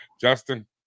Justin